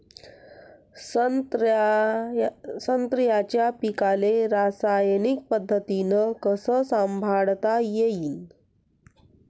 संत्र्याच्या पीकाले रासायनिक पद्धतीनं कस संभाळता येईन?